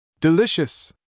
Delicious